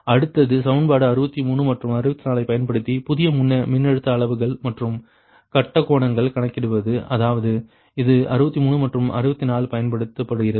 அடுத்தது சமன்பாடு 63 மற்றும் 64 ஐப் பயன்படுத்தி புதிய மின்னழுத்த அளவுகள் மற்றும் கட்ட கோணத்தைக் கணக்கிடுவது அதாவது இது 63 மற்றும் 64 பயன்படுத்துகிறது